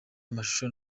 amashusho